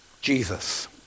Jesus